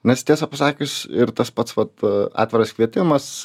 nes tiesą pasakius ir tas pats vat atviras kvietimas